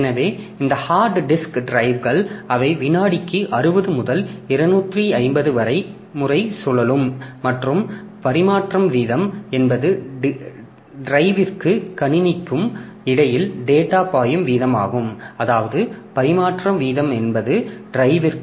எனவே இந்த hard disk டிரைவ்கள் அவை வினாடிக்கு 60 முதல் 250 முறை சுழலும் மற்றும் பரிமாற்ற வீதம் என்பது டிரைவிற்கும் கணினிக்கும் இடையில் டேட்டா பாயும் வீதமாகும்